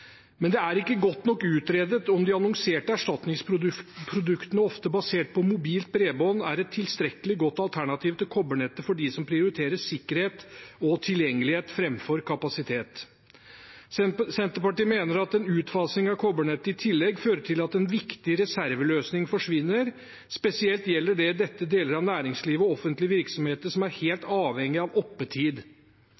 Men det ikke er godt nok utredet om de annonserte erstatningsproduktene, ofte basert på mobilt bredbånd, er et tilstrekkelig godt alternativ til kobbernettet for dem som prioriterer sikkerhet og tilgjengelighet framfor kapasitet. Senterpartiet mener at en utfasing av kobbernettet i tillegg fører til at en viktig reserveløsning forsvinner. Spesielt gjelder det deler av næringslivet og offentlige virksomheter som er helt